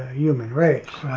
human race.